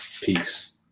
Peace